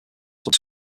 this